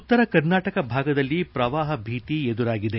ಉತ್ತರ ಕರ್ನಾಟಕ ಭಾಗದಲ್ಲಿ ಪ್ರವಾಹ ಭೀತಿ ಎದುರಾಗಿದೆ